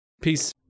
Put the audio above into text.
Peace